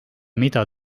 mida